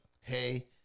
hey